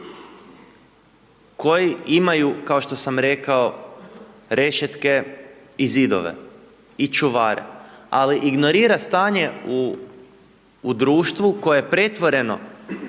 koji imaju kao što sam rekao rešetke i zidove i čuvare. Ali ignorira stanje u društvu koje je pretvoreno